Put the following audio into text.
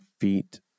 feet